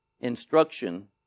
instruction